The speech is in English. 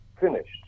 finished